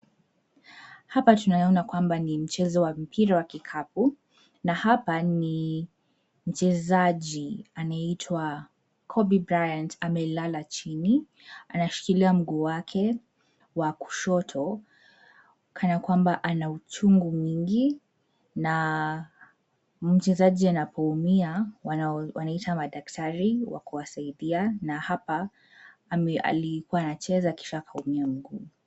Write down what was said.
Hapa tunayaona kwamba ni mchezo wa mpira wa kikapu na hapa ni mchezaji anayeitwa Kobe Bryant amelala chini anashikilia mguu wake wa kushoto kana kwamba ana uchungu mingi na mchezaji anapoumia wanaita madaktari wa kuwasaidia na hapa alikuwa anacheza kisha akaumia mguu.